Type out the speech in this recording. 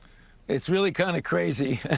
it's really kind of crazy.